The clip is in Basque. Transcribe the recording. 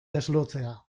deslotzea